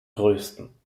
größten